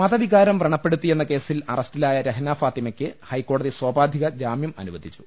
മതവികാരം വ്രണപ്പെടുത്തിയെന്ന കേസിൽ അറസ്റ്റിലായ രഹ്ന ഫാത്തിമ്മയ്ക്ക് ഹൈക്കോടതി സോപാധിക ജാമ്യം അനുവദിച്ചു